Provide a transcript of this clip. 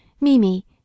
Mimi